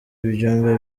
ibyumba